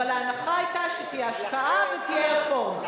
אבל ההנחה היתה שתהיה השקעה ותהיה רפורמה.